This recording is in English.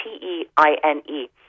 T-E-I-N-E